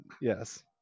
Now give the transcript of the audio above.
Yes